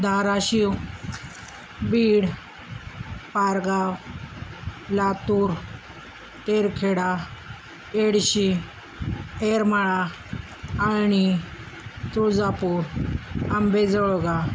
धाराशिव बीड पारगाव लातूर तेरखेडा एडशी एरमाळा आणि तुळजापूर आंबेजळगाव